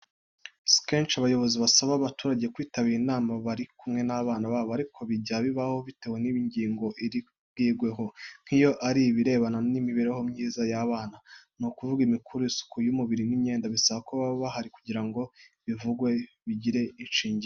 Si kenshi abayobozi basaba abaturage kwitabira inama bari kumwe n'abana babo ariko bijya bibaho bitewe n'ingingo iri bwigweho, nk'iyo ari ibirebana n'imibereho myiza y'abana, ni ukuvuga imikurire, isuku y'umubiri n'imyenda, bisaba ko baba bahari kugira ngo ibivugwa bigire ishingiro.